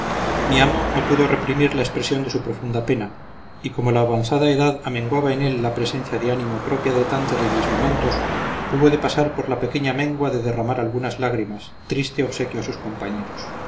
mi amo no pudo reprimir la expresión de su profunda pena y como la avanzada edad amenguaba en él la presencia de ánimo propia de tan terribles momentos hubo de pasar por la pequeña mengua de derramar algunas lágrimas triste obsequio a sus compañeros